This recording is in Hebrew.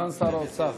סגן שר האוצר.